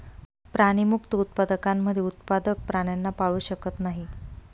प्राणीमुक्त उत्पादकांमध्ये उत्पादक प्राण्यांना पाळू शकत नाही